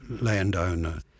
landowner